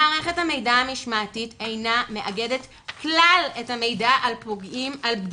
מערכת המידע המשמעתית אינה מאגדת כלל את המידע על בגירים